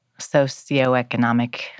socioeconomic